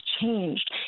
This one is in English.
changed